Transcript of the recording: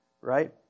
Right